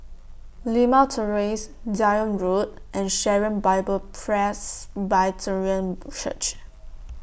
Limau Terrace Zion Road and Sharon Bible Presbyterian Church